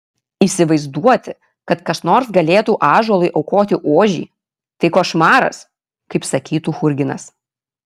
įsivaizduoti kad kas nors galėtų ąžuolui aukoti ožį tai košmaras kaip sakytų churginas